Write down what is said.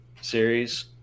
series